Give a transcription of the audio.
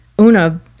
Una